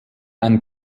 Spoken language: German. ein